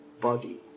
body